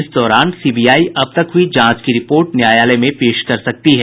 इस दौरान सीबीआई अब तक हुई जांच की रिपोर्ट न्यायालय में पेश कर सकती है